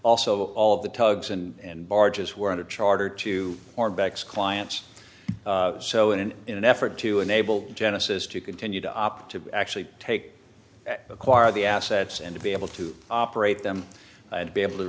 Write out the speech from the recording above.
also all of the tugs and barges were on a charter to our backs clients so in an in an effort to enable genesis to continue to opt to actually take acquire the assets and to be able to operate them and be able to